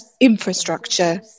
infrastructure